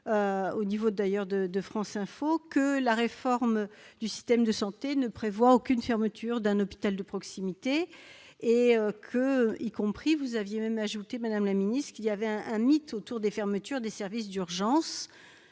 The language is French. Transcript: ministre, dire sur France Info que la réforme du système de santé ne prévoyait aucune fermeture d'un hôpital de proximité, ajoutant même qu'il y avait un mythe autour des fermetures des services d'urgences.